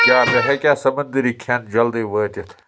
کیٛاہ مےٚ ہٮ۪کیٛاہ سمنٛدٔری کھٮ۪ن جلدی وٲتِتھ